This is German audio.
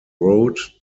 road